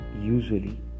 usually